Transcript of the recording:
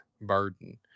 burden